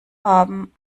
haben